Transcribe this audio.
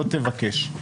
לא תבקש.